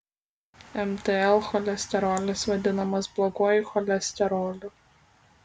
mtl cholesterolis vadinamas bloguoju cholesteroliu